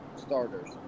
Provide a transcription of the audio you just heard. starters